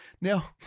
Now